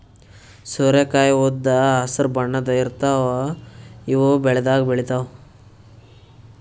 ಸೋರೆಕಾಯಿ ಉದ್ದ್ ಹಸ್ರ್ ಬಣ್ಣದ್ ಇರ್ತಾವ ಇವ್ ಬೆಳಿದಾಗ್ ಬೆಳಿತಾವ್